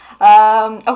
Okay